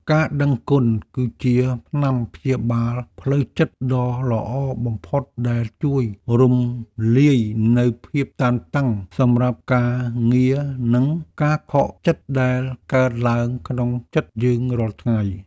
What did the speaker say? ការដឹងគុណគឺជាថ្នាំព្យាបាលផ្លូវចិត្តដ៏ល្អបំផុតដែលជួយរំលាយនូវភាពតានតឹងសម្រាប់ការងារនិងការខកចិត្តដែលកើតឡើងក្នុងចិត្តយើងរាល់ថ្ងៃ។